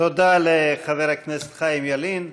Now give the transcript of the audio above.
תודה לחבר הכנסת חיים ילין.